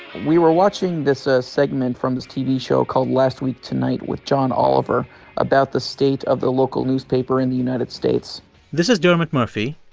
we were watching this ah segment from this tv show called last week tonight with john oliver about the state of the local newspaper in the united states this is dermot murphy.